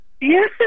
yes